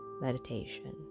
Meditation